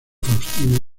faustino